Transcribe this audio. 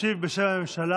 ישיב, בשם הממשלה,